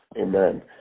Amen